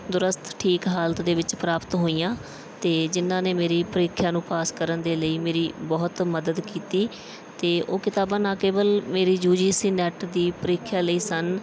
ਦਰੁਸਤ ਠੀਕ ਹਾਲਤ ਦੇ ਵਿੱਚ ਪ੍ਰਾਪਤ ਹੋਈਆਂ ਅਤੇ ਜਿਨ੍ਹਾਂ ਨੇ ਮੇਰੀ ਪ੍ਰੀਖਿਆ ਨੂੰ ਪਾਸ ਕਰਨ ਦੇ ਲਈ ਮੇਰੀ ਬਹੁਤ ਮਦਦ ਕੀਤੀ ਅਤੇ ਉਹ ਕਿਤਾਬਾਂ ਨਾ ਕੇਵਲ ਮੇਰੀ ਯੂ ਜੀ ਸੀ ਨੈੱਟ ਦੀ ਪ੍ਰੀਖਿਆ ਲਈ ਸਨ